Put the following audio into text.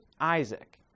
Isaac